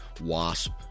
Wasp